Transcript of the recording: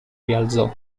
rialzò